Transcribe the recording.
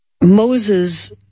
Moses